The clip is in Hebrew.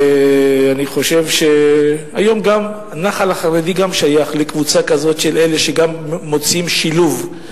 היום גם הנח"ל החרדי שייך לקבוצה כזאת של אלה שמוצאים שילוב,